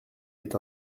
est